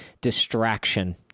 distraction